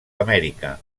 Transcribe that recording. amèrica